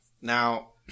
Now